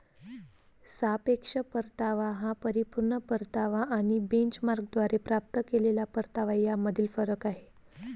सापेक्ष परतावा हा परिपूर्ण परतावा आणि बेंचमार्कद्वारे प्राप्त केलेला परतावा यामधील फरक आहे